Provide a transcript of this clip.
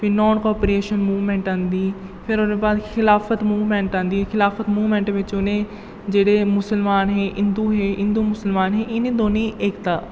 फिर non cooperation movement आंह्दी फिर ओह्दे बाद खिलाफत मूवमैंट आंह्दी खिलाफत मूवमैंट बिच्च उ'नें जेह्ड़े मुस्लमान हे हिन्दू हे हिन्दू मुस्लमान हे इ'नें दौनें दी एकता